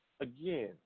again